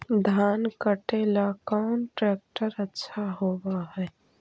धान कटे ला कौन ट्रैक्टर अच्छा होबा है?